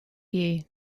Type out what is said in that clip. view